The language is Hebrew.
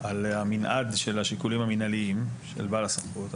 על המנעד של השיקולים המנהליים של בעל הסמכות,